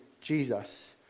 Jesus